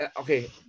okay